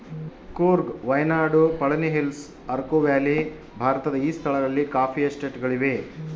Coorg Wayanad Palani Hills Araku Valley ಭಾರತದ ಈ ಸ್ಥಳಗಳಲ್ಲಿ ಕಾಫಿ ಎಸ್ಟೇಟ್ ಗಳಿವೆ